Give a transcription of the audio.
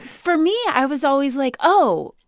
for me, i was always like, oh,